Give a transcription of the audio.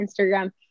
Instagram